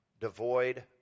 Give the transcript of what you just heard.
devoid